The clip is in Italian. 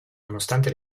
nonostante